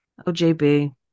OJB